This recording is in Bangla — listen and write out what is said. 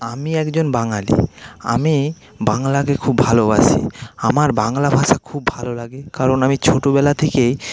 আমি একজন বাঙালি আমি বাংলাকে খুব ভালোবাসি আমার বাংলা ভাষা খুব ভালো লাগে কারণ আমি ছোটোবেলা থেকে